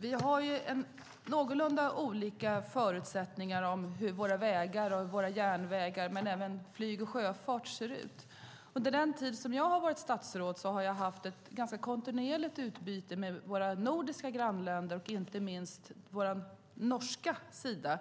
Vi har ju någorlunda olika förutsättningar när det gäller hur våra vägar, våra järnvägar men även vårt flyg och vår sjöfart ser ut. Under den tid som jag har varit statsråd har jag haft ett ganska kontinuerligt utbyte med våra nordiska grannländer, inte minst med vår norska sida.